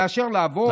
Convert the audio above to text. מאשר לעבוד,